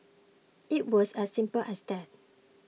it was as simple as that